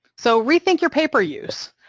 so rethink your paper use,